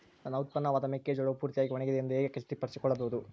ನನ್ನ ಉತ್ಪನ್ನವಾದ ಮೆಕ್ಕೆಜೋಳವು ಪೂರ್ತಿಯಾಗಿ ಒಣಗಿದೆ ಎಂದು ಹೇಗೆ ಖಚಿತಪಡಿಸಿಕೊಳ್ಳಬಹುದು?